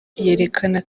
yerekana